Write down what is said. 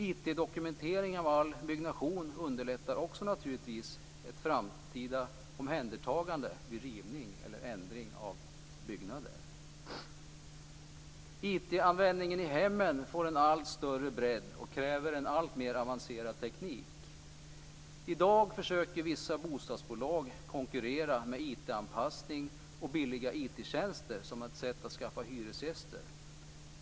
IT-dokumentering av all byggnation underlättar också naturligtvis ett framtida omhändertagande vid rivning eller ändring av byggnader. IT-användningen i hemmen får en allt större bredd och kräver en alltmer avancerad teknik. I dag försöker vissa bostadsbolag konkurrera med IT-anpassning och billiga IT-tjänster som ett sätt att skaffa hyresgäster.